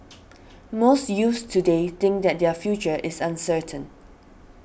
most youths today think that their future is uncertain